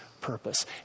purpose